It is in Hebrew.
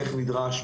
איך נדרש,